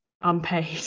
unpaid